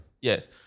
Yes